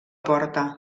porta